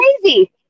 crazy